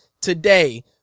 today